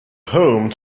home